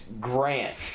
Grant